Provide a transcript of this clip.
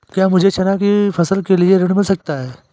क्या मुझे चना की फसल के लिए ऋण मिल सकता है?